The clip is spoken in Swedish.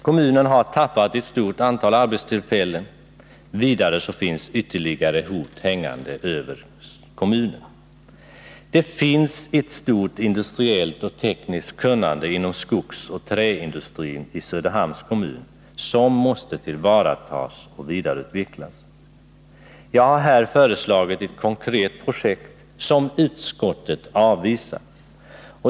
Kommunen har tappat ett stort antal arbetstillfällen, och ytterligare hot finns hängande över kommunen. Det finns ett stort industriellt och tekniskt kunnande inom skogsoch träindustrin i Söderhamns kommun som måste tillvaratas och vidareutvecklas. Jag har här föreslagit ett konkret projekt som utskottet avvisar.